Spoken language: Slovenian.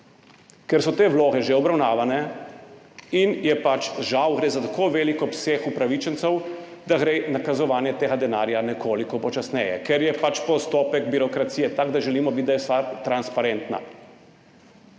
ker so te vloge že obravnavane in gre pač, žal, za tako velik obseg upravičencev, da gre nakazovanje tega denarja nekoliko počasneje, ker je pač postopek birokracije tak, da želimo, da je stvar transparentna.